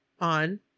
on